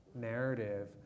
narrative